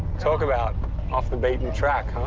talk about off the beaten track, huh?